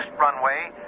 runway